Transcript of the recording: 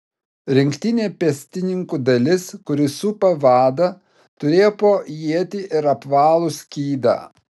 rinktinė pėstininkų dalis kuri supa vadą turėjo po ietį ir apvalų skydą